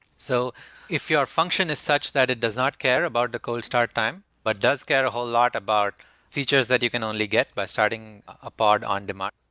so if your function is such that it does not care about the cold start time, but does care a whole lot about features that you can only get by starting a part on demand,